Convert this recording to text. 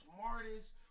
smartest